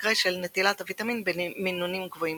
במקרה של נטילת הוויטמין במינונים גבוהים,